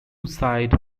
side